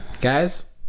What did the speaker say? Guys